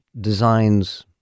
designs